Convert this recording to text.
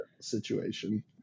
situation